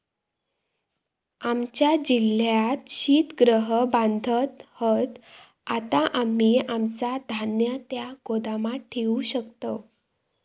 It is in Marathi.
आमच्या जिल्ह्यात शीतगृह बांधत हत, आता आम्ही आमचा धान्य त्या गोदामात ठेवू शकतव